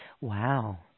Wow